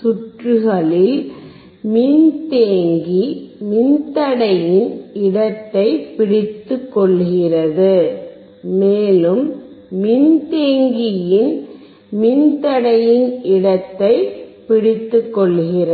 சுற்றுகளில் மின்தேக்கி மின்தடையின் இடத்தை பிடித்துக்கொள்கிறது மேலும் மின்தேக்கியின் மின்தடையின் இடத்தை பிடித்துக்கொள்கிறது